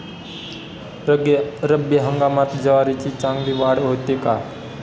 रब्बी हंगामात ज्वारीची चांगली वाढ होते का?